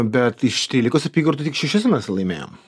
bet iš trylikos apygardų tik šešiose mes laimėjom